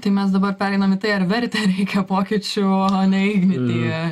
tai mes dabar pereinam į tai ar verte reikia pokyčių o ne ignityje